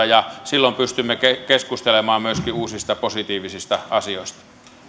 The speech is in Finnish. ja silloin pystymme keskustelemaan myöskin uusista positiivista asioista